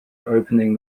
opening